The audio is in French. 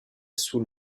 sous